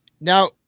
Now